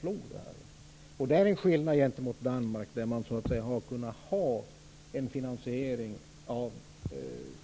Detta är en skillnad jämfört med Danmark, där man har kunnat åstadkomma en finansiering av